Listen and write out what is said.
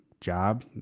job